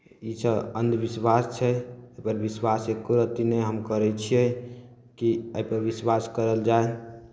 इसभ अन्धविश्वास छै एहिपर विश्वास एक्को रत्ती नहि हम करै छियै कि एहिपर विश्वास करल जाय